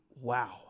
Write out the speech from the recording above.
wow